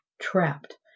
trapped